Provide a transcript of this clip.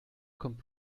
kommt